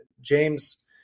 James